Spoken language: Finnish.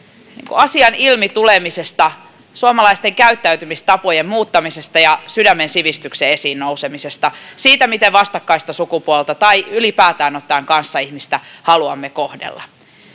asian ilmi tulemisesta suomalaisten käyttäytymistapojen muuttamisesta ja sydämen sivistyksen esiin nousemisesta siitä miten vastakkaista sukupuolta tai ylipäätään ottaen kanssaihmistä haluamme kohdella